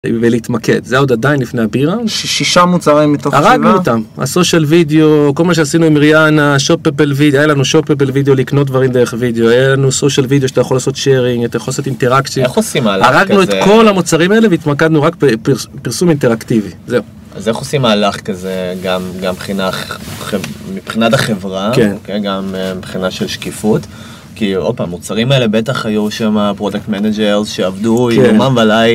ולהתמקד זה היה עוד עדיין לפני הבירה. שישה מוצרים מתוך שבעה? הרגנו איתם. ה-social video, כל מה שעשינו עם ריאהנה. ה-shoppepeple video היה לנו shoppepeple video לקנות דברים דרך video. היה לנו social video שאתה יכול לעשות sharing, אתה יכול לעשות אינטראקציה. איך עושים מהלך כזה? הרגנו את כל המוצרים האלה והתמקדנו רק בפרסום אינטראקטיבי. זהו. אז איך עושים מהלך כזה? גם מבחינת החברה. גם מבחינה של שקיפות. כי המוצרים האלה בטח היו זהו שהם הפרוטקט מנג'ר שעבדו עם יומם וליל